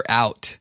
out